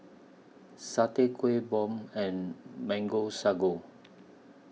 Satay Kuih Bom and Mango Sago